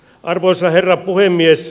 arvoisa herra puhemies